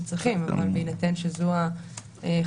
ברגע שזה מתעדכן אצלנו אגב,